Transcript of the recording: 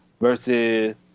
versus